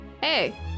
hey